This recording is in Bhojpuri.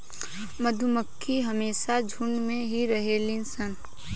मधुमक्खी हमेशा झुण्ड में ही रहेली सन